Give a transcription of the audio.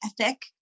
ethic